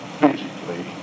physically